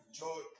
joy